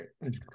right